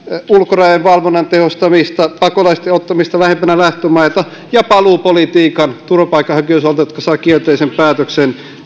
ulkorajojen valvonnan tehostamista pakolaisten ottamista lähempänä lähtömaita ja paluupolitiikan vahvistamista niiden turvapaikanhakijoiden osalta jotka saavat kielteisen päätöksen